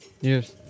Yes